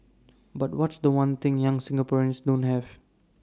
but what's The One thing young Singaporeans don't have